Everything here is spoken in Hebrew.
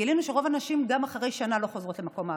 גילינו שרוב הנשים גם אחרי שנה לא חוזרות למקום העבודה.